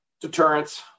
Deterrence